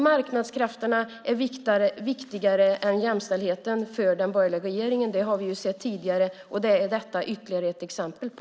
Marknadskrafterna är viktigare än jämställdheten för den borgerliga regeringen. Det har vi sett tidigare, och det är detta ett ytterligare exempel på.